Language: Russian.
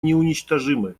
неуничтожимы